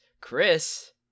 Chris